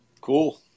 Cool